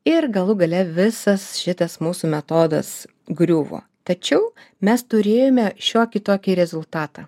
ir galų gale visas šitas mūsų metodas griuvo tačiau mes turėjome šiokį tokį rezultatą